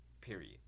period